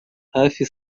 hafi